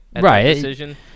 Right